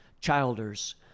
Childers